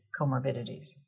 comorbidities